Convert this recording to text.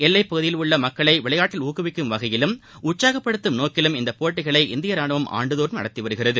எல்லைப்பகுதியில் உள்ள மக்களை விளையாட்டில் ஊக்குவிக்கும் வகையிலும் உற்சாகப்படுத்தும் நோக்கிலும் இந்த போட்டிகளை இந்திய ராணுவம் ஆண்டுதோறும் நடத்தி வருகிறது